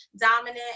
dominant